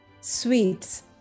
sweets